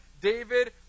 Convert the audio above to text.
David